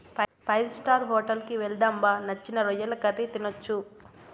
five star hotel కి వెళ్దాం బా నచ్చిన రొయ్యల కర్రీ తినొచ్చు